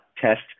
test